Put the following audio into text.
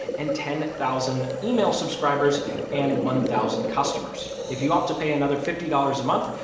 and ten thousand email subscribers and one thousand customers. if you opt to pay another fifty dollars a month,